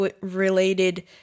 related